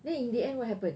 then in the end what happen